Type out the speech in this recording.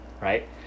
right